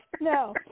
No